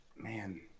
Man